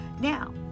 Now